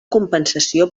compensació